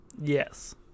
Yes